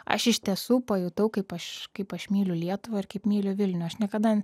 aš iš tiesų pajutau kaip aš kaip aš myliu lietuvą ir kaip myliu vilnių aš niekada